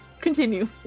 Continue